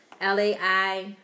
L-A-I